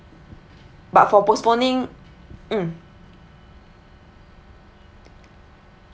but for postponing mm